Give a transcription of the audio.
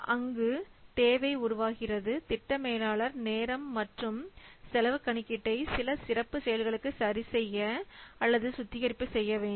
அங்கு தேவை உருவாகிறது திட்ட மேலாளர் நேரம் மற்றும் செலவு கணக்கீட்டை சில சிறப்பு செயல்களுக்கு சரிசெய்ய அல்லது சுத்திகரிப்பு செய்ய வேண்டும